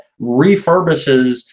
refurbishes